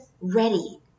ready